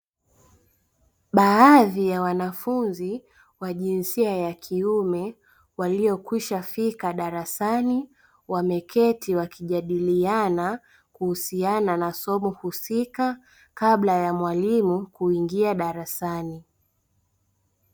Baadhi ya wanafunzi wa jinsia ya kiume waliokwisha fika darasani, wameketi wakijadiliana kuhusiana na somo husika kabla ya mwalimu kuingia darasani.